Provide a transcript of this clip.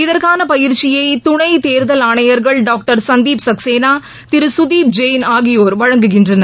இதற்கான பயிற்சியை துணை தேர்தல் ஆணையர்கள் டாக்டர் சந்தீப் சக்சேனா திரு சுதீப் ஜெயின் ஆகியோர் வழங்குகின்றனர்